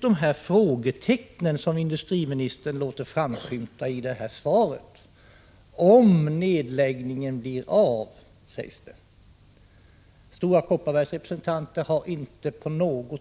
de frågetecken som industriministern låter framskymta i svaret kan rätas ut. Om nedläggningen blir av, säger industriministern.